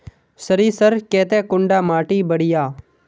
सरीसर केते कुंडा माटी बढ़िया?